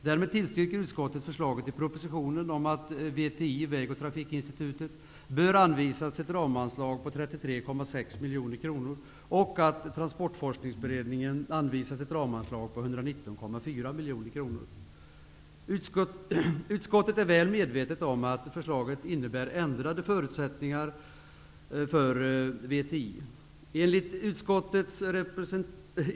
Därmed tillstyrker utskottet förslaget i propositionen att VTI bör anvisas ett ramanslag på Utskottet är väl medvetet om att förslaget innebär ändrade förutsättningar för VTI.